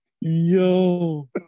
Yo